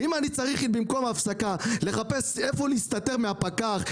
אם במקום הפסקה אני צריך לחפש איפה להסתתר מן הפקח,